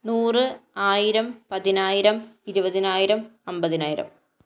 നൂറ് ആയിരം പതിനായിരം ഇരുപതിനായിരം അൻപതിനായിരം